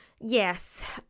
Yes